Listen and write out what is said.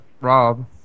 Rob